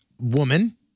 woman